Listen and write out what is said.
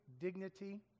dignity